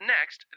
Next